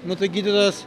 nu tai gydytojas